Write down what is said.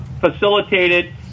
facilitated